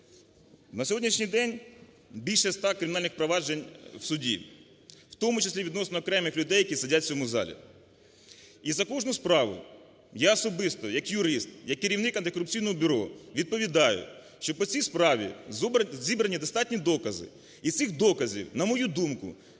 На сьогоднішній день більше 100 кримінальних проваджень в суді, в тому числі відносно окремих людей, які сидять в цьому залі. І за кожну справу я особисто як юрист, як керівник Антикорупційного бюро відповідаю, що по цій справі зібрані достатні докази і цих доказів, на мою думку,